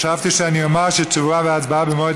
חשבתי שאני אומר שתשובה והצבעה במועד